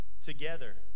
Together